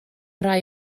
rai